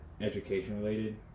education-related